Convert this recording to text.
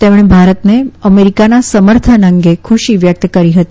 તેમણે ભારતને અમેરીકાના સમર્થન અંગે ખુશી વ્યકત કરી હતી